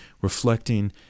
reflecting